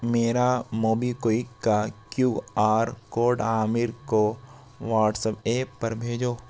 میرا MobiKwik کا Q R code Aamir کو واٹسوایپ پر بھیجو